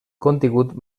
contingut